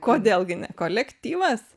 kodėl gi ne kolektyvas